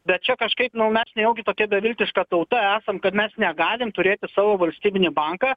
bet čia kažkaip nu mes nejaugi tokia beviltiška tauta esam kad mes negalim turėti savo valstybinį banką